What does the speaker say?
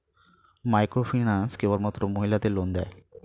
Microfinance কেবলমাত্র মহিলাদের loan দেয়?